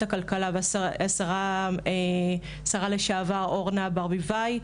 הכלכלה והשרה לשעבר אורנה ברביבאי,